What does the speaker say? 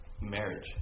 marriage